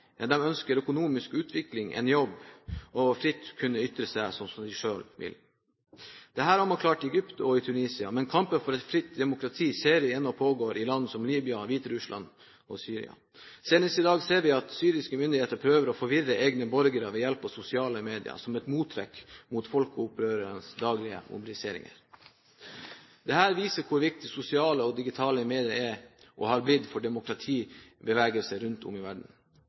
ønsker økonomisk utvikling, en jobb og fritt å kunne ytre seg som de selv vil. Dette har man klart i Egypt og i Tunisia, men kampen for et fritt demokrati ser vi ennå pågår i land som Libya, Hviterussland og Syria. Senest i dag ser vi at syriske myndigheter prøver å forvirre egne borgere ved hjelp av sosiale medier som et mottrekk mot folkeopprørets daglige mobilisering. Dette viser hvor viktig sosiale og digitale medier er, og har blitt, for demokratibevegelser rundt om i verden.